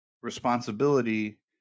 responsibility